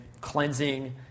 cleansing